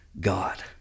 God